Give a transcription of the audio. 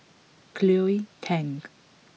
Cleo Thang